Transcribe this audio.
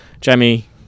Jamie